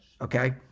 Okay